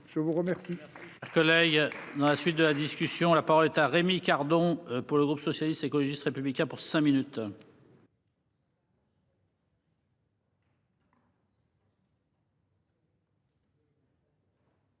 à vous remercier